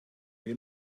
wir